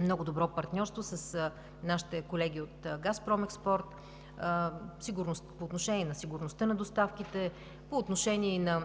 много добро партньорство с нашите колеги от „Газпромекспорт“ по отношение сигурността на доставките, по отношение и на